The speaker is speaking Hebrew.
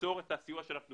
ליצור את הסיוע שאנחנו